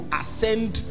ascend